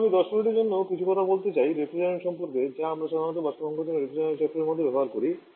এখন আমি 10 মিনিটের জন্য কিছুটা কথা বলতে চাই refrigerant সম্পর্কে যা আমরা সাধারণত বাষ্প সংকোচনের রেফ্রিজারেশন চক্রের মধ্যে ব্যবহার করি